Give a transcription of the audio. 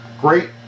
Great